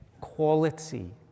quality